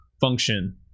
function